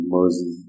Moses